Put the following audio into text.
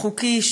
חוקי,